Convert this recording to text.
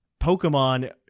Pokemon